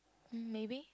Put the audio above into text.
maybe